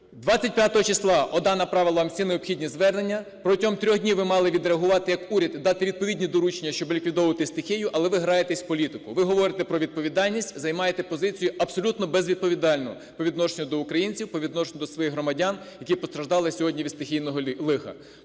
25-го числа ОДА направила вам всі необхідні звернення, протягом трьох днів ви мали відреагувати як уряд і дати відповідні доручення, щоб ліквідовувати стихію, але ви граєтесь в політику. Ви говорите про відповідальність, займаєте позицію абсолютно безвідповідальну по відношенню до українців, по відношенню до своїх громадян, які постраждали сьогодні від стихійного лиха.